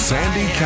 Sandy